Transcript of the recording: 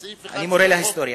סעיף 11 לחוק, אני מורה להיסטוריה.